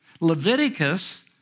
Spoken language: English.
Leviticus